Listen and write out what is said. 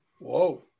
Whoa